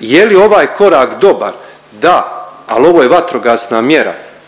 Je li ovaj korak dobar? Da, ali ovo je vatrogasna mjera